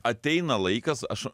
ateina laikas aš